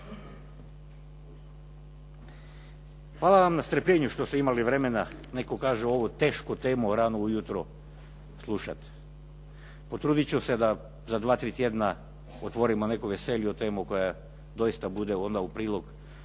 Hvala vam na strpljenju što ste imali vremena, netko kaže ovu tešku temu rano ujutro slušati. Potruditi ću se da za dva, tri tjedna otvorimo neku veseliju temu koja doista bude onda u prilog